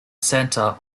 centre